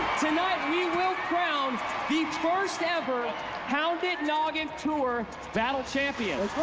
tonight we will crown the first ever pound it noggin tour battle champion.